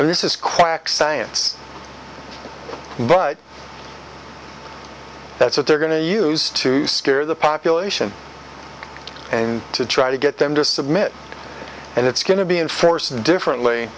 and this is quack science but that's what they're going to use to scare the population and to try to get them to submit and it's going to be enforced differently